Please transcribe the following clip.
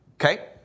Okay